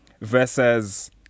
versus